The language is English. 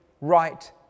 right